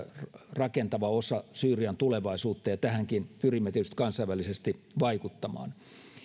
rakentava osa syyrian tulevaisuutta ja tähänkin pyrimme tietysti kansainvälisesti vaikuttamaan